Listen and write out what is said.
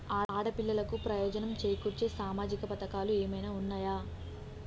ఆడపిల్లలకు ప్రయోజనం చేకూర్చే సామాజిక పథకాలు ఏమైనా ఉన్నయా?